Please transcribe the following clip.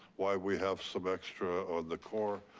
why we have some extra on the core.